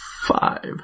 five